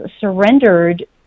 surrendered